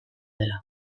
dela